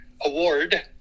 award